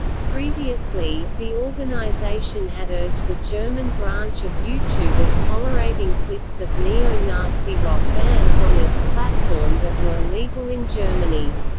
previously, the organization had urged the german branch of youtube of tolerating clips of neo-nazi rock bands on its platform that were illegal in germany.